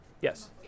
yes